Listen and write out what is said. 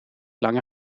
lange